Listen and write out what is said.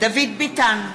דוד ביטן,